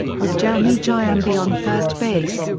with jeremy giambi on first base,